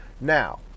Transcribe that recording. Now